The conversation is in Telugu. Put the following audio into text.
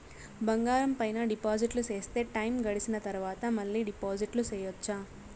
బంగారం పైన డిపాజిట్లు సేస్తే, టైము గడిసిన తరవాత, మళ్ళీ డిపాజిట్లు సెయొచ్చా?